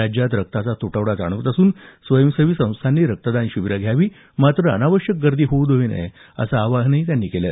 राज्यात रक्ताचा तुटवडा जाणवत असून स्वयंसेवी संस्थांनी रक्तदान शिबिरे घ्यावी मात्र अनावश्यक गर्दी होऊ देऊ नये असं आवाहनही त्यांनी केलं